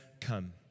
come